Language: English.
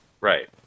Right